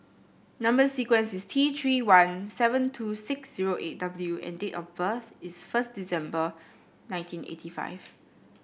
number sequence is T Three one seven two six zero eight W and date of birth is first December nineteen eighty five